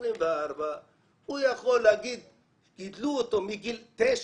24 יכול להגיד שלמרות שגידלו אותו מגיל 9,